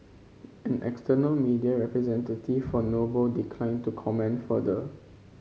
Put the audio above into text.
an external media representative for Noble declined to comment further